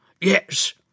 Yes